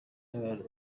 n’abantu